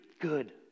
good